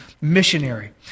missionary